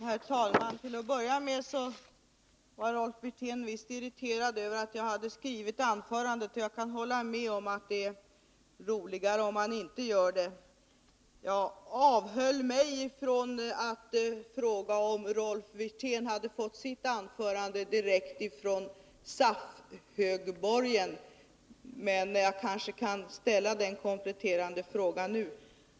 Herr talman! Rolf Wirtén var visst att börja med irriterad över att jag hade ett skrivet anförande. Jag kan hålla med honom om att det är roligare att föra debatten utan sådana. Själv avhöll jag mig från att fråga Rolf Wirtén om han hade fått sitt skrivna anförande direkt från SAF-högborgen. Men jag får kanske ställa den kompletterande frågan nu.